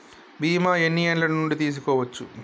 బీమా ఎన్ని ఏండ్ల నుండి తీసుకోవచ్చు?